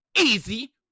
easy